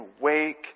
wake